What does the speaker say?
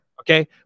Okay